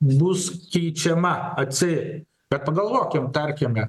bus keičiama atseit bet pagalvokim tarkime